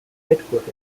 headquartered